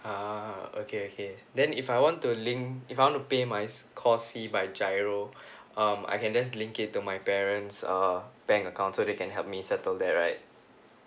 uh okay okay then if I want to link if I want to pay mines course fee by G_I_R_O um I can just link it to my parents err bank account so they can help me settle there right